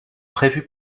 prévus